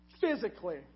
physically